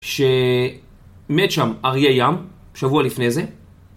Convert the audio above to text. ש... מת שם אריה ים, שבוע לפני זה.